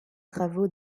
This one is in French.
travaux